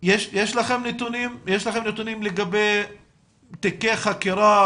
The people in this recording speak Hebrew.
יש לכם נתונים לגבי תיקי חקירה,